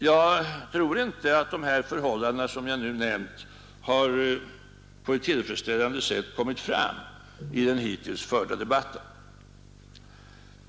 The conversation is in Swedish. Jag tror inte att dessa förhållanden har på ett tillfredsställande sätt kommit fram i den hittills förda debatten.